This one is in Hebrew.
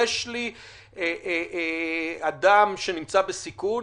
יש לי אדם שנמצא בסיכון,